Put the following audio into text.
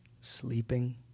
sleeping